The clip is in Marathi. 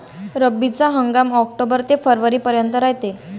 रब्बीचा हंगाम आक्टोबर ते फरवरीपर्यंत रायते